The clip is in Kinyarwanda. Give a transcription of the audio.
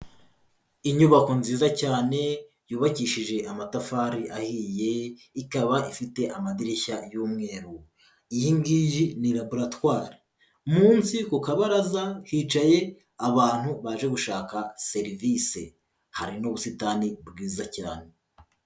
Inyubako nziza cyane yubakishije amatafari ahiye, ikaba ifite amadirishya y'umweru. iyi ngiyi ni laboratwari, munsi ku kabaraza hicaye abantu baje gushaka serivisi. hari n'ubusitani bwiza cyane.